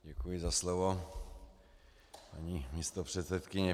Děkuji za slovo, paní místopředsedkyně.